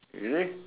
you see